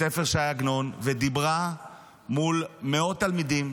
ספר ש"י עגנון ודיברה מול מאות תלמידים